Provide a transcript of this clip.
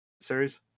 series